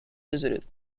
visited